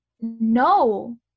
no